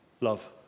love